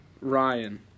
Ryan